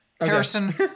Harrison